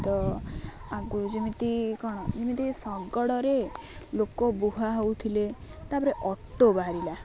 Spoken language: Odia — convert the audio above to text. ତ ଆଗରୁ ଯେମିତି କ'ଣ ଯେମିତି ଶଗଡ଼ରେ ଲୋକ ବୁହା ହେଉଥିଲେ ତା'ପରେ ଅଟୋ ବାହାରିଲା